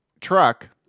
truck